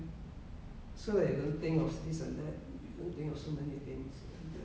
so another thing isn't it think you have so many